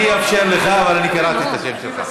אני אאפשר לך, אבל אני קראתי את השם שלך.